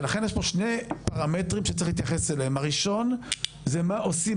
ולכן יש פה שני פרמטרים שצריך להתייחס אליהם: הראשון זה מה עושים